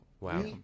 Wow